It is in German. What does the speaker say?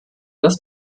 das